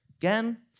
Again